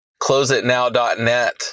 closeitnow.net